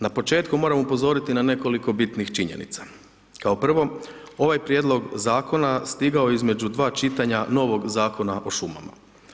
Na početku moram upozoriti na nekoliko bitnih činjenica, kao prvo, ovaj prijedlog zakona stigao je između dva čitanja novog Zakona o šumama.